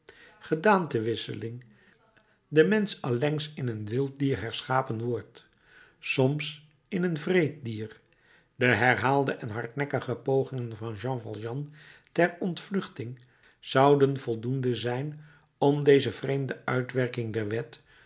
onmerkbare gedaanteverwisseling de mensch allengs in een wild dier herschapen wordt soms in een wreed dier de herhaalde en hardnekkige pogingen van jean valjean ter ontvluchting zouden voldoende zijn om deze vreemde uitwerking der wet